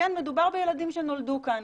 כן מדובר בילדים שנולדו כאן.